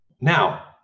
now